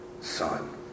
son